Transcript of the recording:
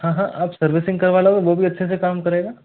हाँ हाँ आप सर्विसिंग करवा लोगे वो भी अच्छे से काम करेगा